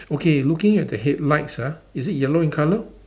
okay looking at the headlights ah is it yellow in colour